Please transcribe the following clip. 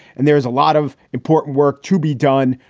and there's a lot of important work to be done,